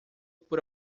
por